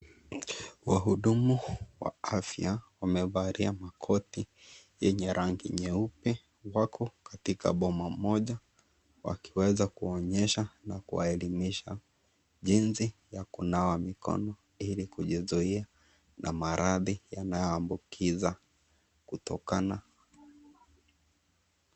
Wahudumu wa afya wamevalia makoti yenye rangi nyeupe, wako katika boma moja, wakiweza kuonyesha na kuwaelimisha jinsi ya kunawa mikono ili kujizuia na maradhi yanayoambukiza kutokana.